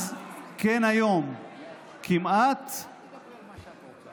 " קם במקום שלטון העם השלטון על העם,